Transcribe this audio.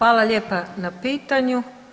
Hvala lijepa na pitanju.